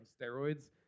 steroids